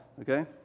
okay